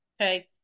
Okay